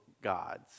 gods